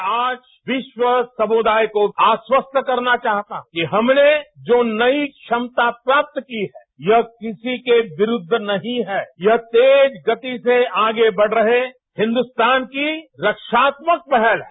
मैं आज विश्व समुदाय को आश्वस्त करना चाहता हूं कि हमने जो नई क्षमता प्राप्त की है यह किसी के विरूद्व नहीं है यह तेज गति से आगे बढ़ रहे हिन्दुस्तान की रक्षात्मक पहल है